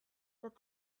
that